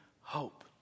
hope